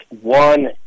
One